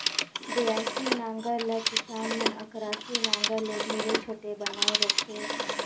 बियासी नांगर ल किसान मन अकरासी नागर ले ढेरे छोटे बनाए रहथे